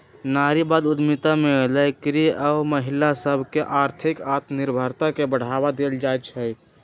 नारीवाद उद्यमिता में लइरकि आऽ महिला सभके आर्थिक आत्मनिर्भरता के बढ़वा देल जाइ छइ